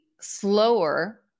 slower